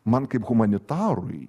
man kaip humanitarui